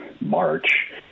March